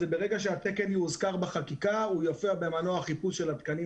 שברגע שהתקן יאוזכר בחקיקה הוא יופיע במנוע חיפוש של התקנים